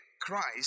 Christ